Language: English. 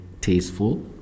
tasteful